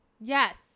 Yes